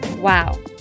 Wow